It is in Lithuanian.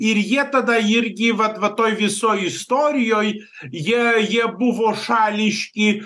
ir jie tada irgi vat vat toj visoj istorijoj jie jie buvo šališki